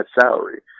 salary